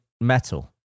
metal